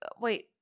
Wait